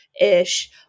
ish